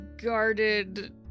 Guarded